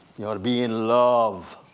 you ought to be in love